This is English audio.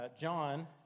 John